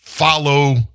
Follow